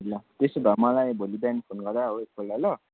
ल त्यसोभए मलाई भोलि बिहान फोन गरेर आऊ एकपल्ट ल